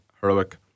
heroic